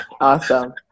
awesome